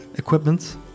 equipment